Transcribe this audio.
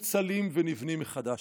מפוצלים ונבנים מחדש.